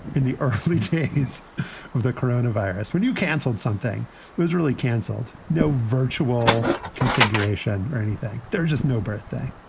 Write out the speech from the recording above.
in the early days of the coronavirus when you canceled, something was really canceled. no virtual configuration or anything. there's just no birthday.